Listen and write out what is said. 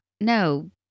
No